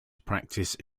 practice